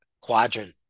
quadrant